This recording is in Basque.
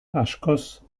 askoz